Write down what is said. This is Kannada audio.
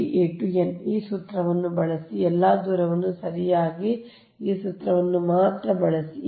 a to n ಈ ಸೂತ್ರವನ್ನು ಬಳಸಿ ಎಲ್ಲಾ ದೂರವನ್ನು ಸರಿಯಾಗಿ ಈ ಸೂತ್ರವನ್ನು ಮಾತ್ರ ಬಳಸಿ